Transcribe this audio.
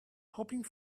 hoping